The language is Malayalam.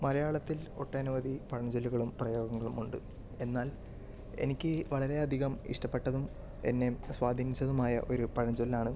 മലയാളത്തിൽ ഒട്ടനവധി പഴഞ്ചൊല്ലുകളും പ്രയോഗങ്ങളും ഉണ്ട് എന്നാൽ എനിക്ക് വളരെയധികം ഇഷ്ടപ്പെട്ടതും എന്നെ സ്വാധീനിച്ചതും ആയ ഒരു പഴഞ്ചൊല്ലാണ്